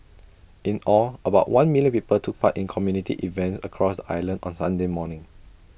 in all about one million people took part in community events across the island on Sunday morning